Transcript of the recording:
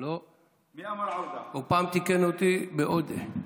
הוא פעם תיקן אותי לעודה.